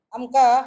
Amka